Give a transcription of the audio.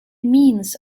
means